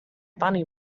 bunny